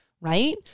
right